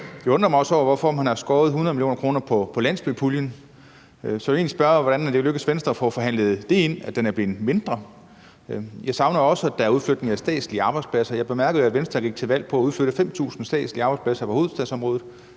jeg undrer mig også over, hvorfor man har skåret 100 mio. kr. på landsbypuljen. Så jeg vil egentlig spørge, hvordan det er lykkedes Venstre at få forhandlet det ind, at den er blevet mindre. Jeg savner også, at der er en udflytning af statslige arbejdspladser. Jeg bemærkede jo, at Venstre gik til valg på at udflytte 5.000 statslige arbejdspladser fra hovedstadsområdet,